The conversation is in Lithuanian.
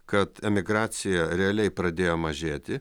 kad emigracija realiai pradėjo mažėti